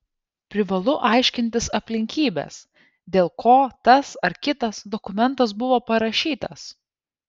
privalu aiškintis aplinkybes dėl ko tas ar kitas dokumentas buvo parašytas